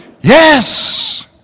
Yes